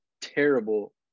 terrible